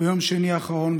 ביום שני האחרון,